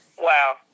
Wow